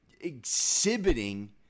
exhibiting